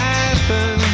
happen